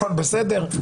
הכול בסדר,